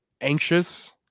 Anxious